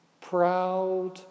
proud